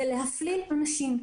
זה להפליל אנשים.